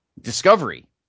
Discovery